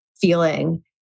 feeling